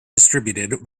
distributed